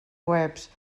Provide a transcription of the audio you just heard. webs